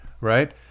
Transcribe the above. right